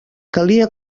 calia